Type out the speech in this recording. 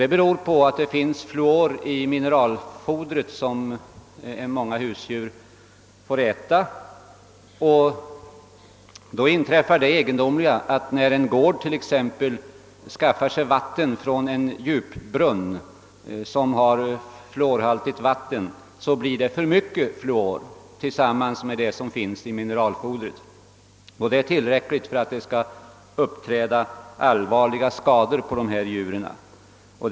Det beror på att det finns fluor i mineralfodret som många husdjur får äta. Då in träffar det egendomliga att när en gård skaffar sig vatten från en djupbrunn som har fluorhaltigt vatten så blir det en alltför hög fluorhalt tillsammans med den mängd som finns i mineralfodret. Detta är tillräckligt för att allvarliga skador skall uppträda hos dessa djur.